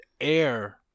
air